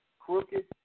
Crooked